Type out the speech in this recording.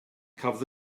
cafodd